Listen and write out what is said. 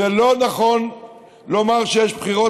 זה לא נכון לומר שיש בחירות,